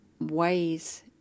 ways